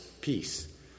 peace